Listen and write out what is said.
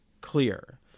clear